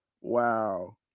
wow